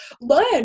learn